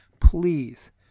please